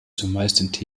zumeist